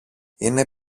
είναι